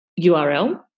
URL